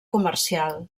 comercial